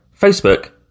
Facebook